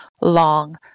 long